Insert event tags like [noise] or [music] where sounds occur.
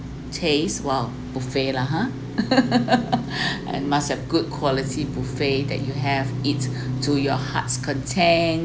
taste !wow! buffet lah !huh! [laughs] [breath] and must have good quality buffet that you have eat [breath] to your heart's content